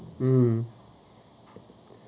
mm